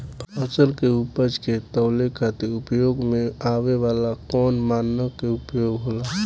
फसल के उपज के तौले खातिर उपयोग में आवे वाला कौन मानक के उपयोग होला?